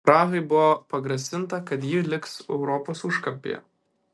prahai buvo pagrasinta kad ji liks europos užkampyje